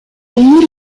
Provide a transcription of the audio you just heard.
umur